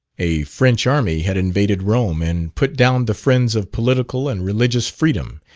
a french army had invaded rome and put down the friends of political and religious freedom,